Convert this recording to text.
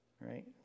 right